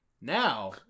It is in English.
Now